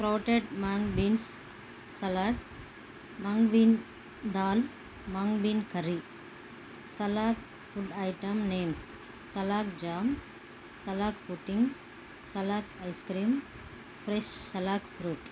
sprouted mung beans salad mung bean dal mung bean curry salak food item names salak jam salak pudding salak ice cream fresh salak fruit